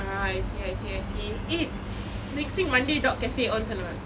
ah I see I see I see eh next week monday dog cafe ons or not